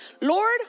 Lord